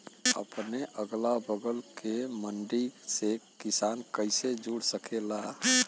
अपने अगला बगल के मंडी से किसान कइसे जुड़ सकेला?